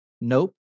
Nope